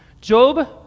Job